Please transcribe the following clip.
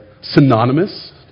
synonymous